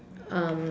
um